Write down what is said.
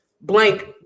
blank